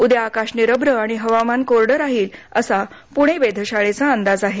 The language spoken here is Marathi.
उद्या आकाश निरभ्र आणि हवामान कोरडं राहील असा प्णे वेधशाळेचा अंदाज आहे